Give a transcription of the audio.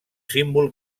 símbol